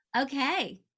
Okay